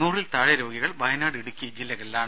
നൂറിൽ താഴെ രോഗികൾ വയനാട് ഇടുക്കി ജില്ലകളിലാണ്